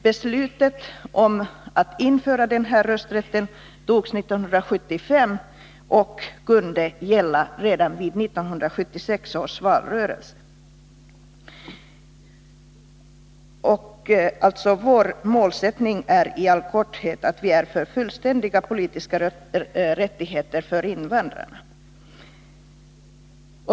Beslutet om att införa rösträtten togs sedan 1975 och kunde gälla redan vid 1976 års val. Vår målsättning är fullständiga politiska rättigheter för invandrarna.